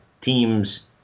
teams